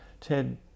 Ted